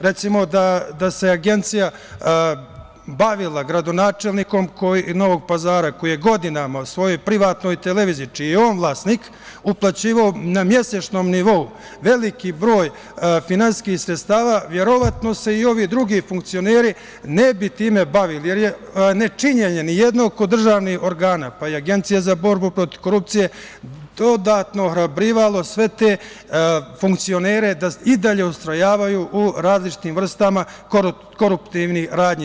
Recimo, da se Agencija bavila gradonačelnikom Novog Pazara koji je godinama na svojoj privatnoj televiziji, čiji je on vlasnik, uplaćivao na mesečnom nivou veliki broj finansijskih sredstava, verovatno se i ovi drugi funkcioneri ne bi time bavili, jer je nečinjenje nijednog državnog organa, pa ni Agencije za borbu protiv korupcije, dodatno ohrabrivalo sve te funkcionere da i dalje ustrajavaju u različitim vrstama koruptivnih radnji.